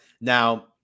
Now